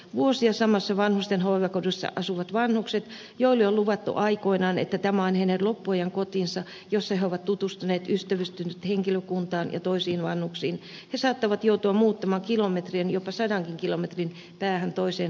vuosia samassa vanhusten hoivakodissa asuneet vanhukset joille on luvattu aikoinaan että tämä on heidän loppuajan kotinsa jossa he ovat tutustuneet ystävystyneet henkilökunnan ja toisten vanhusten kanssa saattavat joutua muuttamaan kilometrien jopa sadankin kilometrin päähän toiseen hoivapaikkaan